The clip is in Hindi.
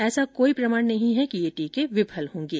ऐसा कोई प्रमाण नहीं है कि यह टीके विफल होंगे